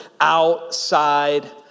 outside